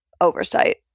oversight